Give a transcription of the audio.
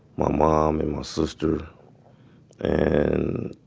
my mom and my sister and